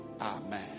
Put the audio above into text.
Amen